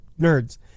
nerds